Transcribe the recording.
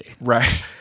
Right